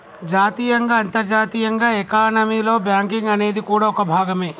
జాతీయంగా అంతర్జాతీయంగా ఎకానమీలో బ్యాంకింగ్ అనేది కూడా ఓ భాగమే